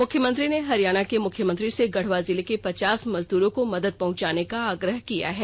मुख्यमंत्री ने हरियाणा के मुख्यमंत्री से गढ़वा जिले के पचास मजदूरों को मदद पहुंचाने का आग्रह किया है